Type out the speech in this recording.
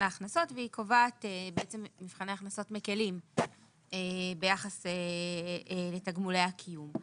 ההכנסות והיא קובעת מבחני הכנסות מקלים ביחס לתגמולי הקיום.